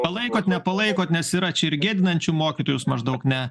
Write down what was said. palaikot nepalaikot nes yra čia ir gėdinančių mokytojus maždaug ne